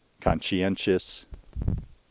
conscientious